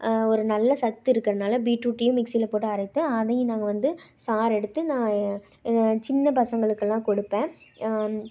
ஒரு நல்ல சத்து இருக்கிறனால பீட்ரூட்டியும் மிக்சில் போட்டு அரைத்து அதையும் நாங்கள் வந்து சாறெடுத்து நான் சின்ன பசங்களுக்கெலாம் கொடுப்பேன்